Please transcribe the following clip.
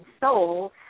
soul